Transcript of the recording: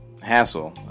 hassle